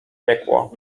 piekło